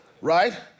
right